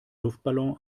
luftballon